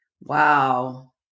Wow